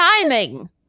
timing